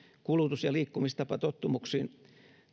kulutus ja liikkumistapatottumuksiin